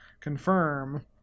confirm